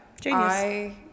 Genius